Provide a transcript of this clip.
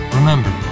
Remember